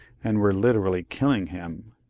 and were literally killing him.